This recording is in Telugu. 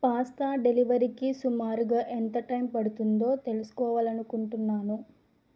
పాస్తా డెలివరీకి సుమారుగా ఎంత టైం పడుతుందో తెలుసుకోవాలని అనుకుంటున్నాను